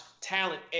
talent